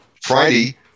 Friday